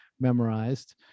memorized